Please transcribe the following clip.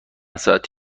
ساعت